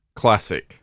classic